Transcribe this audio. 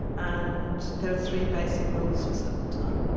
and there are three basic rules for circle time.